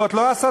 זאת לא הסתה?